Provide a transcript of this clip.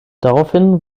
daraufhin